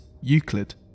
Euclid